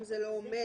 אם זה לא עומד